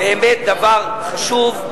באמת דבר חשוב,